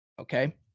Okay